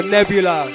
Nebula